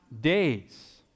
days